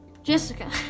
Jessica